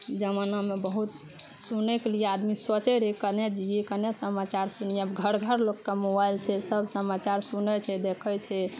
जमानामे बहुत सुनैके लिए आदमी सोचै रहै कने जियै कने समाचार सुनियै घर घर लोकके मोबाइल छै सभ समाचार सुनै छै देखै छै